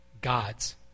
God's